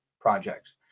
projects